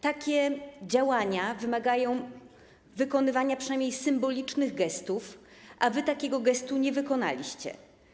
Takie działania wymagają wykonywania przynajmniej symbolicznych gestów, a wy takiego gestu nie wykonaliście.